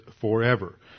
forever